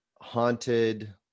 haunted